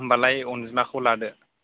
होमबालाय अनजिमाखौ लादो